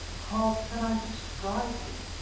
how can i describe him?